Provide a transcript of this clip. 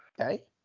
Okay